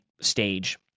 stage